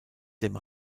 dem